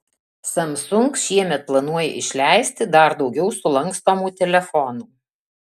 samsung šiemet planuoja išleisti dar daugiau sulankstomų telefonų